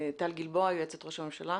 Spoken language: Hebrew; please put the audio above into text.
טל גלבוע, יועצת ראש הממשלה.